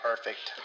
Perfect